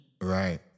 Right